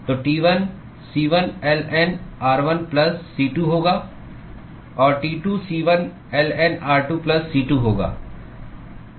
तो T1 C1ln r1 plus C2 होगा और T2 C1 ln r2 plus C2 होगा